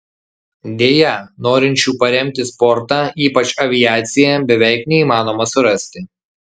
deja norinčių paremti sportą ypač aviaciją beveik neįmanoma surasti